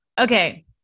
Okay